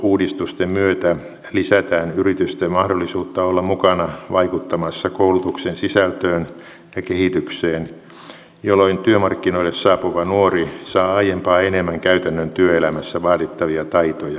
koulutusuudistusten myötä lisätään yritysten mahdollisuutta olla mukana vaikuttamassa koulutuksen sisältöön ja kehitykseen jolloin työmarkkinoille saapuva nuori saa aiempaa enemmän käytännön työelämässä vaadittavia taitoja